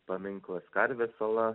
paminklas karvės ola